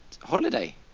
Holiday